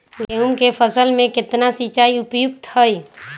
गेंहू के फसल में केतना सिंचाई उपयुक्त हाइ?